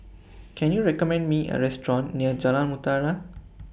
Can YOU recommend Me A Restaurant near Jalan Mutiara